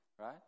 right